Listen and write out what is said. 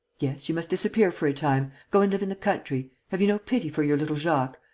yes, you must disappear for a time go and live in the country. have you no pity for your little jacques?